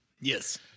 Yes